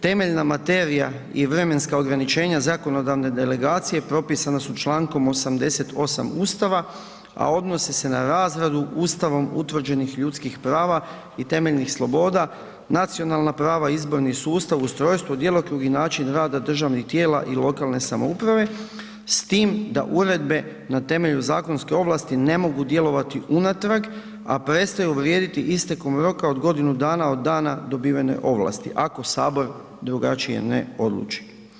Temeljna materija i vremenska ograničenja zakonodavne delegacije propisana su čl. 88 Ustava, a odnosi se na razradu Ustavom utvrđenih ljudskih prava i temeljnih sloboda, nacionalna prava, izborni sustav, ustrojstvo, djelokrug i način rada državnih tijela i lokalne samouprave, s tim da uredbe na temelju zakonske ovlasti ne mogu djelovati unatrag, a prestaju vrijediti istekom roka od godinu dana od dana dobivene ovlasti, ako Sabor drugačije ne odluči.